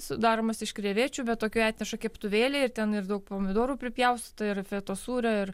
sudaromas iš krevečių bet tokioj atneša keptuvėlėj ir ten ir daug pomidorų pripjaustyta ir fetos sūrio ir